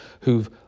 who've